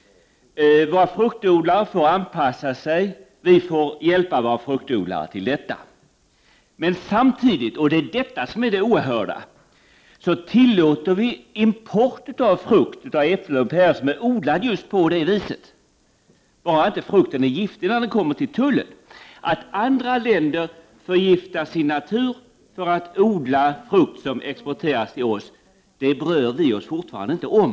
Våra fruktodlare får anpassa sig, och vi får hjälpa dem med detta. Samtidigt — och det är detta som är det oerhörda — tillåter vi import av frukt, äpplen och päron som är odlade just på det viset, bara inte frukten är giftig när den kommer till tullen. Att andra länder förgiftar sin natur för att — Prot. 1989/90:45 odla frukt som exporteras till oss bryr vi oss fortfarande inte om.